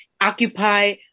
occupy